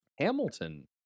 Hamilton